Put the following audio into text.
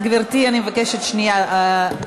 גברתי, אני מבקשת שנייה.